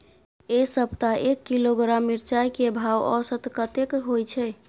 ऐ सप्ताह एक किलोग्राम मिर्चाय के भाव औसत कतेक होय छै?